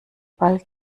ball